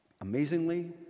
Amazingly